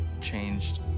changed